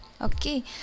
Okay